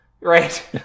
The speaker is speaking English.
right